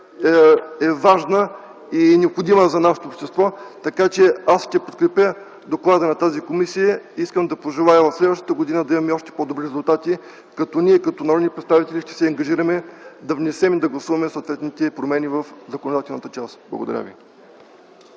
е важна и необходима за нашето общество. Така, че аз ще подкрепя доклада на тази комисия. Искам да пожелая от следващата година да имаме още по-добри резултати като ние, като народни представители, ще се ангажираме да внесем и да гласуваме съответните промени в законодателната част. Благодаря Ви.